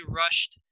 rushed